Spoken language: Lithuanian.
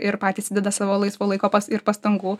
ir patys įdeda savo laisvo laiko ir pastangų